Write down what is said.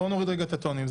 בואו נוריד רגע את הטונים.